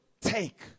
take